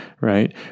right